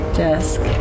desk